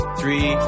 three